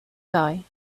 guy